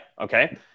okay